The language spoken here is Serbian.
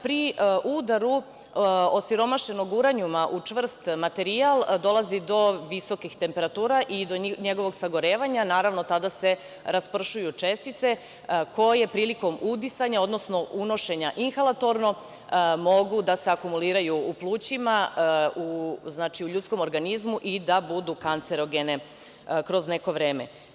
Pri udaru osiromašenog uranijuma u čvrst materijal dolazi do visokih temperatura i do njegovog sagorevanja, naravno, tada se raspršuj čestice koje prilikom udisanja, odnosno unošenja inhalatorno mogu da se akumuliraju u plućima, u ljudskom organizmu i da budu kancerogene kroz neko vreme.